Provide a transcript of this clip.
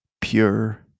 Pure